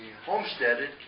homesteaded